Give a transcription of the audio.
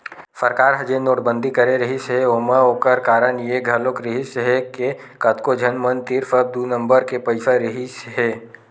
सरकार ह जेन नोटबंदी करे रिहिस हे ओमा ओखर कारन ये घलोक रिहिस हे के कतको झन मन तीर सब दू नंबर के पइसा रहिसे हे